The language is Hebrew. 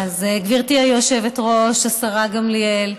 גברתי היושבת-ראש, השרה גמליאל,